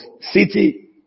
city